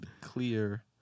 clear